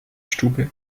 stube